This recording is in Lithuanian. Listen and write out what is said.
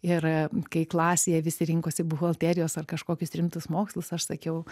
ir kai klasėje visi rinkosi buhalterijos ar kažkokius rimtus mokslus aš sakiau